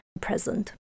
present